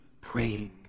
praying